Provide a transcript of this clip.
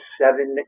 seven